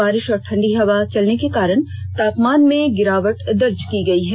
बारिष और ठंडी हवा चलने के कारण तापमान में भी गिरावट दर्ज की गई है